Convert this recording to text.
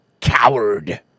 Coward